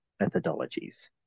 methodologies